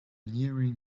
nearing